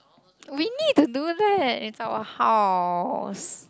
we need to do that it's our house